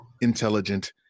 intelligent